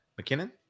McKinnon